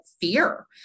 fear